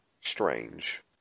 strange